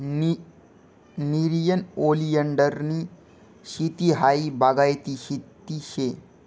नेरियन ओलीएंडरनी शेती हायी बागायती शेती शे